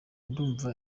ndumva